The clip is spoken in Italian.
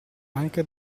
anche